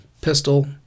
pistol